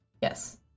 Yes